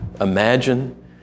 imagine